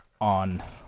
on